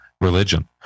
religion